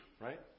right